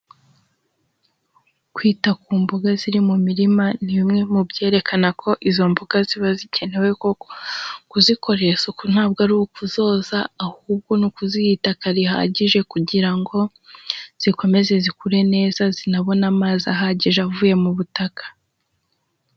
Kwita ku mboga ziri mu mirima ni bimwe mu byerekana ko izo mboga ziba zikenewe koko. Kuzikoresha isuku ntabwo ari ukuzoza, ahubwo ni ukuziha itaka rihagije kugira ngo zikomeze zikure neza, zinabone amazi ahagije avuye mu butaka.